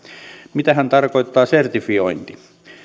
mitähän tarkoittaa sertifiointi